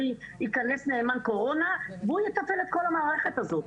ייכנס נאמן קורונה והוא יתפעל את כל המערכת הזאת.